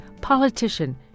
politician